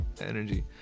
energy